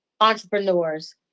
entrepreneurs